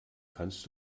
kannst